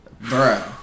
bro